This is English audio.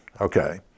okay